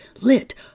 lit